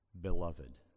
beloved